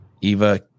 Eva